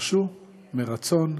פרשו מרצון,